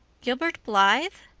gilbert blythe?